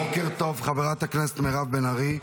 בוקר טוב, חברת הכנסת מירב בן ארי.